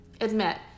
admit